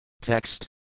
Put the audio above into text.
Text